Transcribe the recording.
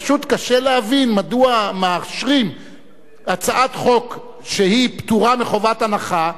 פשוט קשה להבין מדוע מאשרים הצעת חוק שפטורה מחובת הנחה,